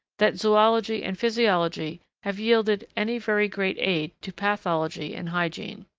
that zoology and physiology have yielded any very great aid to pathology and hygiene.